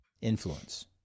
influence